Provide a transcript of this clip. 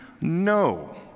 No